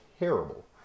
Terrible